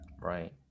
Right